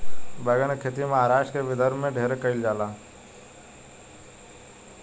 बैगन के खेती महाराष्ट्र के विदर्भ में ढेरे कईल जाला